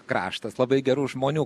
kraštas labai gerų žmonių